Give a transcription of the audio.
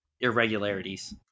irregularities